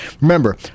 Remember